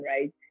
right